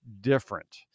different